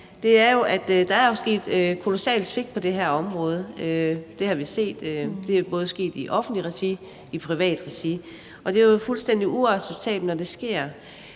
til, er, at der er sket et kolossalt svigt på det her område. Det har vi set, og det er sket i både offentligt regi og privat regi, og det er fuldstændig uacceptabelt, når det sker.